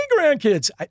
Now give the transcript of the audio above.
grandkids